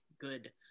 good